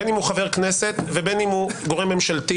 בין אם הוא חבר כנסת ובין אם הוא גורם ממשלתי,